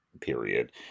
period